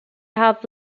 have